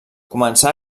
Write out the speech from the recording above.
començà